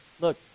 Look